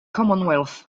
commonwealth